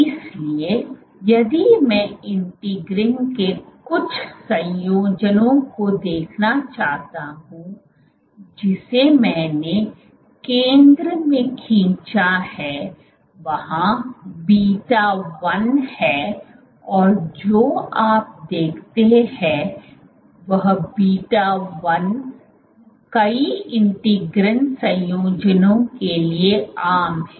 इसलिए यदि मैं इंटीग्रीन के कुछ संयोजनों को देखना चाहता हूं जिसे मैंने केंद्र में खींचा है वहां beta 1 है और जो आप देखते हैं वह बीटा 1 कई इंटीग्रीन संयोजनों के लिए आम है